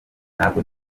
ntabwo